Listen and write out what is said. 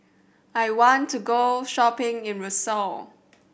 I want to go shopping in Roseau